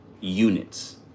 units